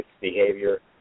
behavior